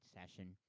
session